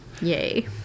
Yay